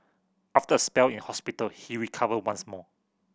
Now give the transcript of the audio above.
after a spell in hospital he recovered once more